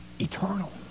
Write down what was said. Eternal